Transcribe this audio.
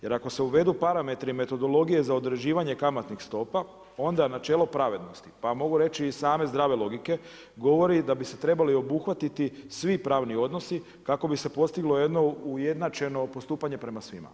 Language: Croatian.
Jer ako se uvedu parametri i metodologije za određivanje kamatnih stopa, onda načelo pravednosti, pa mogu reći i same zdrave logike govori da bi se trebali obuhvatiti svi pravni odnosi kako bi se postiglo jedno ujednačeno postupanje prema svima.